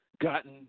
gotten